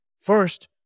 First